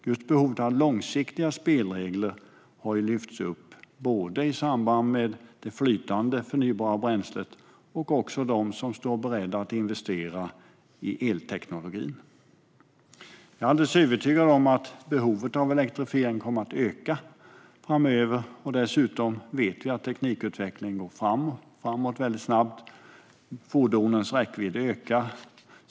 Just behovet av långsiktiga spelregler har lyfts upp både i samband med det flytande förnybara bränslet och av dem som står beredda att investera i elteknologi. Jag är alldeles övertygad om att behovet av elektrifiering kommer att öka framöver, och dessutom vet vi att teknikutvecklingen går framåt väldigt snabbt. Fordonens räckvidd ökar.